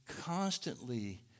constantly